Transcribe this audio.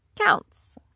counts